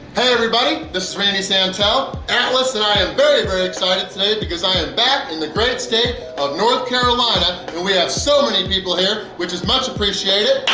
hey everybody! this is randy santel, atlas, and i am very very excited today because i am back in the great state of north carolina and we have so many people here which is much appreciated!